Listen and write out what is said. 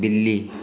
बिल्ली